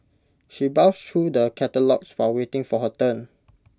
she browsed through the catalogues while waiting for her turn